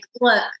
look